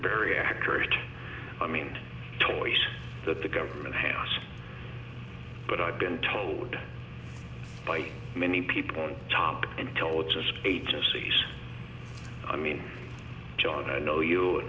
very accurate i mean toys that the government hands but i've been told by many people on top intelligence agencies i mean john i know you